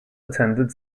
attended